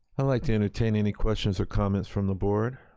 i'd like to entertain any questions or comments from the board.